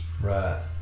Right